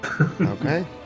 Okay